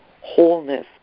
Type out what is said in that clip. wholeness